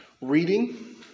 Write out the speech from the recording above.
Reading